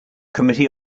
committee